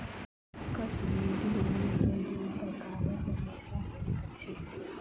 कश्मीरी ऊन में दू प्रकारक रेशा होइत अछि